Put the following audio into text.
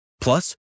Plus